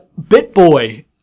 BitBoy